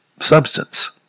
substance